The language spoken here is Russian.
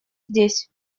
здесь